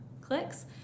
clicks